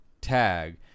tag